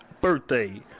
birthday